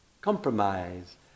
compromise